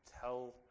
Tell